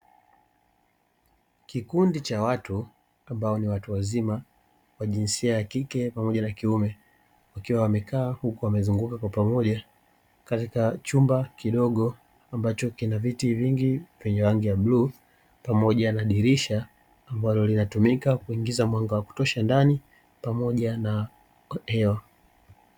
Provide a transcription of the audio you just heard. Kikundi cha watu ambao ni watu wazima wa jinsia ya kike pamoja na kiume, wakiwa wamekaa huku wamezunguka kwa pamoja katika chumba kidogo ambacho kinaviti vingi vya rangi ya bluu pamoja na dirisha ambalo linatumika kuingiza mwanga wa kutosha ndani pamoja na hewa.